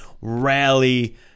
rally